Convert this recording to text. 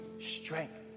strength